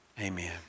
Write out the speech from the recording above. Amen